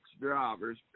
drivers